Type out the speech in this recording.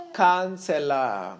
counselor